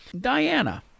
diana